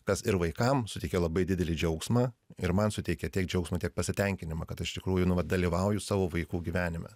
kas ir vaikam suteikė labai didelį džiaugsmą ir man suteikė tiek džiaugsmo tiek pasitenkinimą kad aš tikrųjų nu vat dalyvauju savo vaikų gyvenime